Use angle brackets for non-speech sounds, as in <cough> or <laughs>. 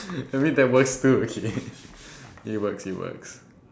<laughs> I mean that works too okay it works it works